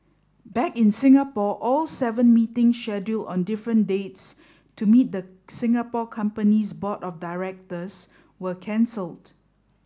back in Singapore all seven meetings scheduled on different dates to meet the Singapore company's board of directors were cancelled